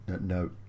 No